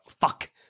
Fuck